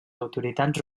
autoritats